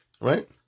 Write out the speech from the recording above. Right